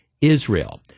Israel